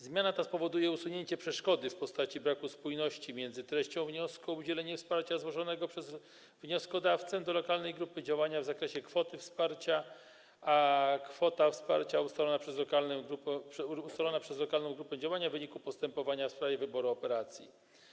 Zmiana ta spowoduje usunięcie przeszkody w postaci braku spójności między treścią wniosku o udzielenie wsparcia złożonego przez wnioskodawcę do lokalnej grupy działania, np. w zakresie kwoty wsparcia, a kwotą wsparcia ustaloną przez lokalną grupę działania w wyniku postępowania w sprawie wyboru operacji.